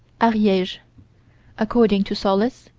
ariege. according to sollas,